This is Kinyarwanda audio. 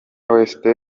west